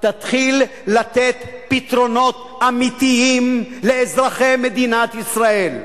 תתחיל לתת פתרונות אמיתיים לאזרחי מדינת ישראל.